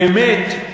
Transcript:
באמת,